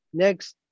next